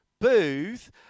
booth